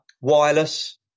wireless